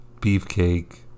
beefcake